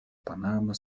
панама